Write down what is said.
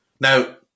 Now